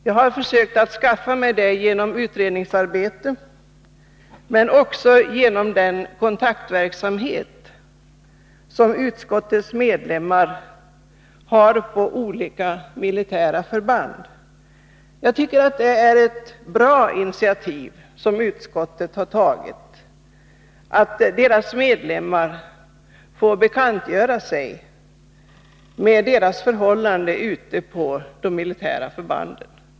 Jag har försökt skaffa mig detta genom utredningsarbete men också genom den kontaktverksamhet som utskottets medlemmar har på olika militära förband. Det är ett bra initiativ som utskottet har tagit, att utskottets ledamöter får bekanta sig med de värnpliktigas förhållanden ute på de militära förbanden.